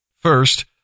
First